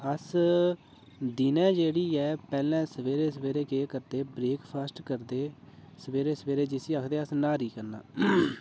अस दिनें जेह्ड़ी ऐ पैह्लें सवेरे सवेरे केह् करदे ब्रेकफास्ट करदे सवेरे सवेरे जिसी आखदे अस न्हारी करना